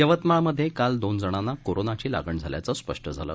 यवतमाळमधे काल दोन जणांना कोरोनाची लागण झाल्याचं स्पष्ट झालं